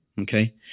Okay